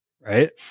right